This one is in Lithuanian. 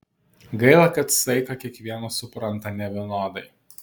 gaila kad saiką kiekvienas supranta nevienodai